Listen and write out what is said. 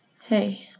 Hey